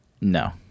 No